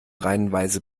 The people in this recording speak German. reihenweise